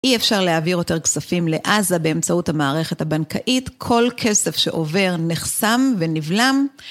אי אפשר להעביר יותר כספים לעזה באמצעות המערכת הבנקאית, כל כסף שעובר נחסם ונבלם.